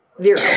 Zero